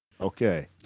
Okay